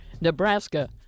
Nebraska